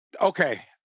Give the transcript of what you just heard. Okay